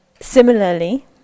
similarly